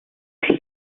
that